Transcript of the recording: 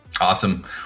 Awesome